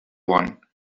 one